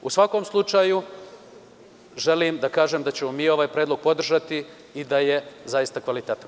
U svakom slučaju, želim da kažem da ćemo ovaj predlog podržati i da je zaista kvalitetan.